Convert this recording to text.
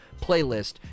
playlist